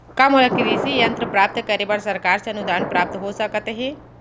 का मोला कृषि यंत्र प्राप्त करे बर सरकार से अनुदान प्राप्त हो सकत हे?